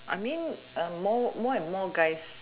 I mean uh more more and more guys